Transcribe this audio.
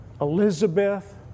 Elizabeth